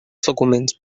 documents